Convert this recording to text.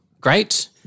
great